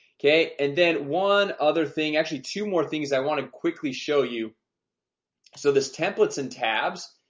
okay, and then one other thing actually two more things i want to quickly show you so this templates and tabs?